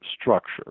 structure